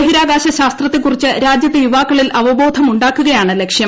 ബഹിരാകാശ ശാസ്ത്രത്തെക്കുറിച്ച് രാജ്യത്തെ യുവാക്കളിൽ അവബോധ മുണ്ടാക്കുകയാണ് ലക്ഷ്യം